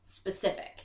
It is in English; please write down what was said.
specific